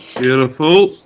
beautiful